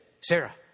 Sarah